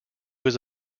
was